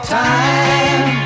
time